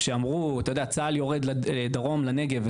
שאמרו שצה"ל יורד דרומה לנגב,